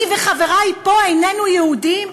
אני וחברי פה איננו יהודים?